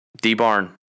D-Barn